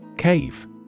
Cave